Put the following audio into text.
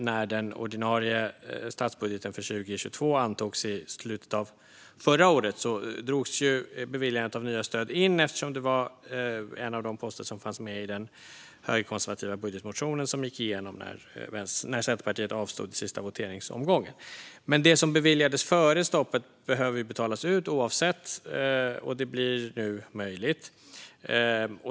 När den ordinarie statsbudgeten för 2022 antogs i slutet av förra året drogs beviljandet av nya stöd in eftersom det var en av de poster som fanns med i den högerkonservativa budgetmotionen, som gick igenom när Centerpartiet avstod i sista voteringsomgången. Men det som beviljades före stoppet behöver betalas ut oavsett detta, och det blir nu möjligt.